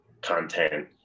content